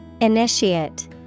Initiate